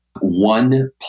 one